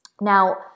Now